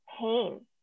pain